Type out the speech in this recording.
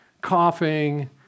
coughing